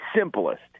simplest